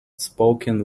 spoken